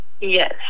Yes